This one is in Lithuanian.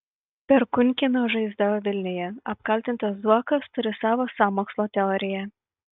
perkūnkiemio žaizda vilniuje apkaltintas zuokas turi savo sąmokslo teoriją